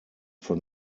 von